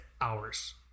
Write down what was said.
hours